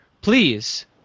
please